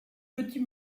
petit